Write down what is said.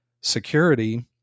security